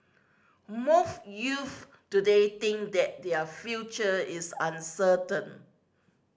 most youth today think that their future is uncertain